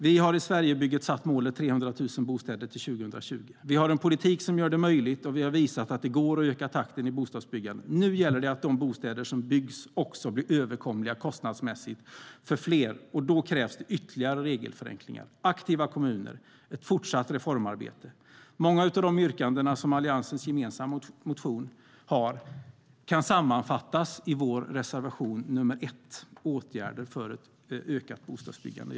Vi har i Sverigebygget satt målet 300 000 bostäder till 2020. Vi har en politik som gör det möjligt, och vi har visat att det går att öka takten i bostadsbyggandet. Nu gäller det att de bostäder som byggs också blir överkomliga kostnadsmässigt för fler, och då krävs det ytterligare regelförenklingar, aktiva kommuner och ett fortsatt reformarbete. Många av de olika yrkandena från Alliansens gemensamma motion kan sammanfattas i vår reservation 1, Åtgärder för ett ökat bostadsbyggande.